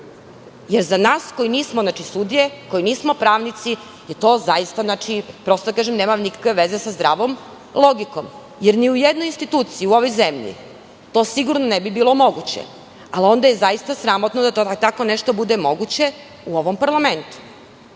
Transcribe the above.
jer za nas koji nismo sudije, koji nismo pravnici, to zaista da kažem nema nikakve veze sa zdravom logikom, jer ni u jednoj instituciji u ovoj zemlji to sigurno ne bi bilo moguće. Ali, onda je zaista sramotno da tako nešto bude moguće u ovom parlamentu,